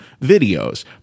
videos